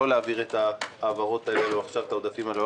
שלא להעביר את העודפים הללו.